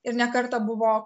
ir ne kartą buvo